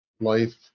life